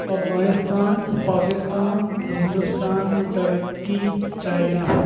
Afghanistan Pakistan Hindustan Turkey China